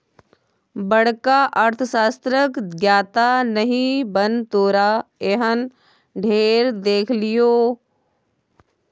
बड़का अर्थशास्त्रक ज्ञाता नहि बन तोरा एहन ढेर देखलियौ